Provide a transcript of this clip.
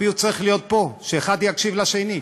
הפיוס צריך להיות פה, שאחד יקשיב לשני.